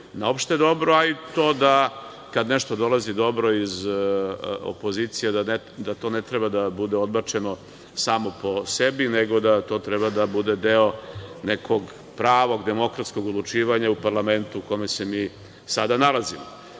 na opšte dobro, a i to da kad nešto dolazi dobro iz opozicije da to ne treba da bude odbačeno samo po sebi nego da to treba da bude deo nekog pravog, demokratskog odlučivanja u Parlamentu u kome se mi sada nalazimo. Velika